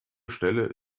stelle